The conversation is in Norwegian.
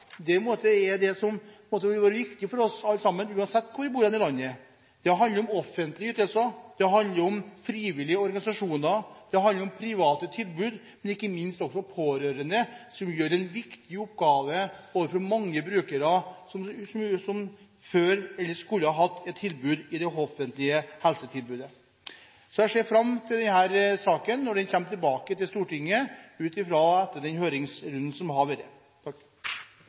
er det som er viktig for oss alle, uansett hvor vi bor i landet. Det handler om offentlige ytelser, det handler om frivillige organisasjoner, det handler om private tilbud, og ikke minst handler det om pårørende som gjør en viktig oppgave for mange brukere som skulle hatt et tilbud i den offentlige helsetjenesten. Jeg ser fram til at denne saken kommer tilbake til Stortinget etter den høringsrunden som da vil ha vært.